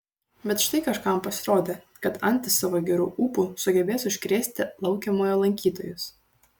bet štai kažkam pasirodė kad antys savo geru ūpu sugebės užkrėsti laukiamojo lankytojus